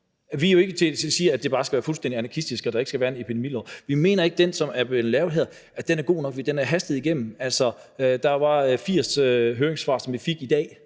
Vi vil ikke sige, at det bare skal være fuldstændig anarkistisk, og at der ikke skal være en epidemilov. Vi mener ikke, at den, som er blevet lavet her, er god nok, fordi den er blevet hastet igennem – altså, vi fik 80 høringssvar i dag,